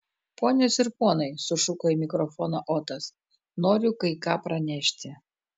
ponios ir ponai sušuko į mikrofoną otas noriu kai ką pranešti